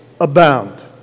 abound